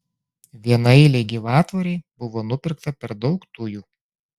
vienaeilei gyvatvorei buvo nupirkta per daug tujų